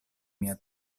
mia